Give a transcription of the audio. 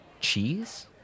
cheese